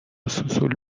سوسول